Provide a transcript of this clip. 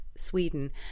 Sweden